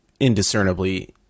indiscernibly